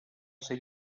ser